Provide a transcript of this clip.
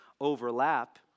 overlap